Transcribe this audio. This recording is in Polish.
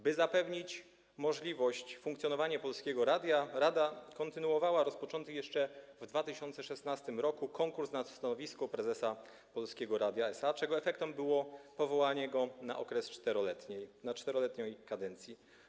By zapewnić możliwość funkcjonowania Polskiego Radia, rada kontynuowała rozpoczęty jeszcze w 2016 r. konkurs na stanowisko prezesa Polskiego Radia SA, czego efektem było powołanie go na okres czteroletniej kadencji.